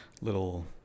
little